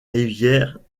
rivières